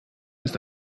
ist